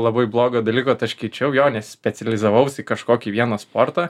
labai blogo dalyko tai aš keičiau jo specializavausi į kažkokį vieną sportą